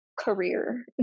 career